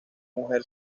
mujer